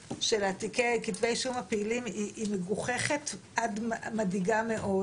כתבי האישום הפעילים היא מגוחכת עד מדאיגה מאוד